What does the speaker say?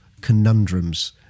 conundrums